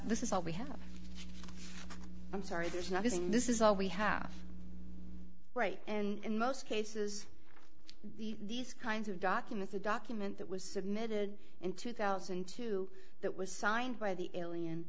this is all we have i'm sorry there's nothing this is all we have right and in most cases these kinds of documents a document that was submitted in two thousand and two that was signed by the alien